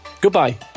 Goodbye